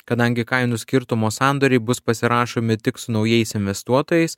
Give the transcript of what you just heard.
kadangi kainų skirtumo sandoriai bus pasirašomi tik su naujais investuotojais